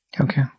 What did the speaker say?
Okay